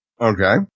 Okay